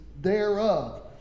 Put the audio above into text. thereof